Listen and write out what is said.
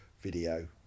Video